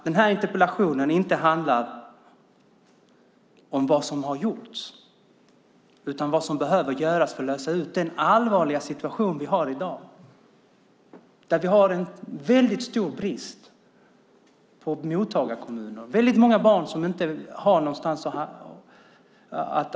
Den här interpellationen handlar inte om vad som har gjorts utan om vad som behöver göras för att lösa ut den allvarliga situation vi har i dag. Vi har en väldigt stor brist på mottagarkommuner och väldigt många barn som inte har någon som tar emot dem.